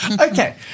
Okay